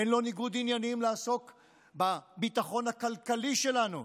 אין לו ניגוד עניינים לעסוק בביטחון הכלכלי שלנו,